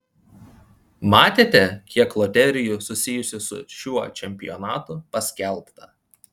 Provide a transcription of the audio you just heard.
matėte kiek loterijų susijusių su šiuo čempionatu paskelbta